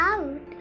Out